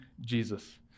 Jesus